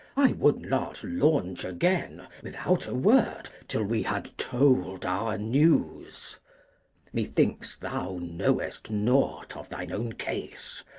i would not launch again, without a word, till we had told our news methinks thou knowest nought of thine own case,